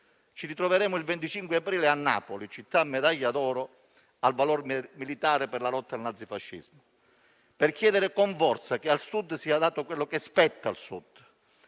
ci ritroveremo il 25 aprile a Napoli, città medaglia d'oro al valor militare per la lotta al nazifascismo, per chiedere con forza che al Sud sia dato quello che spetta al Sud,